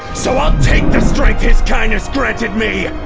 so i'll take the strength his kindness granted me!